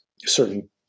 certain